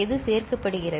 எது சேர்க்கப்படுகிறது